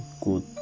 good